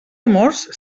amors